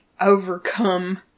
overcome